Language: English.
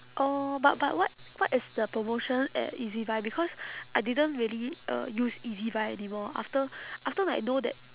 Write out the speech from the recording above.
orh but but what what is the promotion at ezbuy because I didn't really uh use ezbuy anymore after after I know that